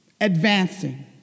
advancing